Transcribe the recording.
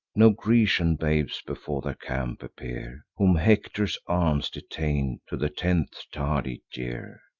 no grecian babes before their camp appear, whom hector's arms detain'd to the tenth tardy year.